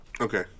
Okay